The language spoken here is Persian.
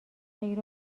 خیر